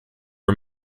are